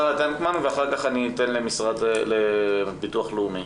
שרה טנקמן ואחר כך נציג הביטוח הלאומי.